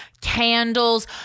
candles